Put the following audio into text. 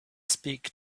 speak